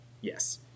Yes